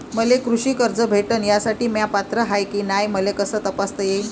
मले कृषी कर्ज भेटन यासाठी म्या पात्र हाय की नाय मले कस तपासता येईन?